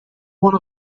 one